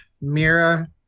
Mira